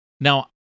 Now